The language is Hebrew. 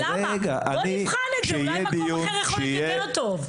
בוא נבחן את זה, אולי מקום אחר יהיה יותר טוב.